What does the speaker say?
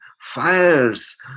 fires